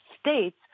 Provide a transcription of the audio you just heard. states